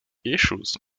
issues